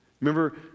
Remember